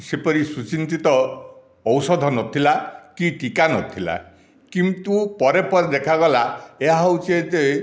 ସେପରି ସୁଚିନ୍ତିତ ଔଷଧ ନଥିଲା କି ଟିକା ନଥିଲା କିନ୍ତୁ ପରେ ପରେ ଦେଖାଗଲା ଏହା ହେଉଛି ଏତେ